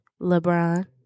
LeBron